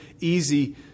easy